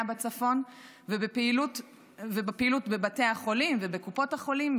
בצפון ובפעילות בבתי החולים ובקופות החולים,